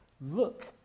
look